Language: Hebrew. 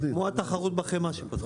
כמו התחרות בחמאה שפתרו.